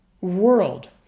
world